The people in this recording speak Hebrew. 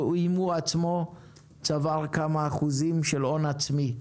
או אם הוא עצמו צבר כמה אחוזים של הון עצמי.